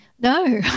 No